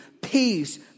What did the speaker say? Peace